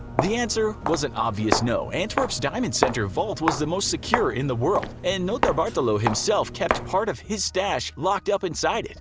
the answer was an obvious no, antwerp's diamond center vault was the most secure in the world, and notarbartolo himself kept part of his stash locked up inside of it.